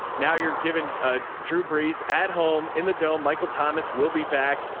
now you're given a drew brees at home in the dome. michael thomas will be back.